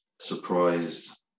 surprised